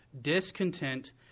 discontent